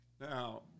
Now